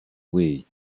oui